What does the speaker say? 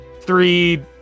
Three